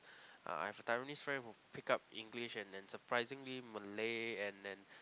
uh I have a Taiwanese friend who pick up English and and surprisingly Malay and and